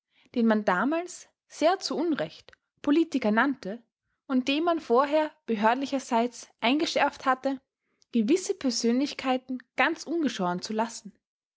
den man damals sehr zu unrecht politiker nannte und dem man vorher behördlicherseits eingeschärft hatte gewisse persönlichkeiten ganz ungeschoren zu lassen